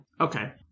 Okay